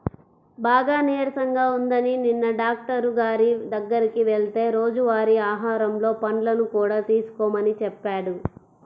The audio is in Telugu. బాగా నీరసంగా ఉందని నిన్న డాక్టరు గారి దగ్గరికి వెళ్తే రోజువారీ ఆహారంలో పండ్లను కూడా తీసుకోమని చెప్పాడు